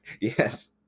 Yes